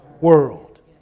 world